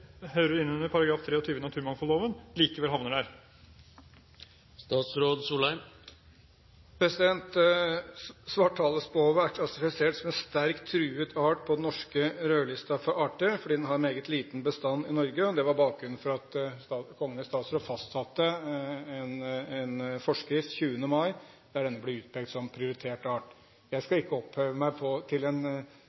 hører inn under § 23 i naturmangfoldloven, likevel havner der? Svarthalespove er klassifisert som en sterkt truet art på den norske rødlisten for arter, fordi den har en meget liten bestand i Norge. Det var bakgrunnen for at Kongen i statsråd fastsatte en forskrift 20. mai der denne ble utpekt som prioritert art. Jeg